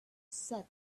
set